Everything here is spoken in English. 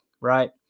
right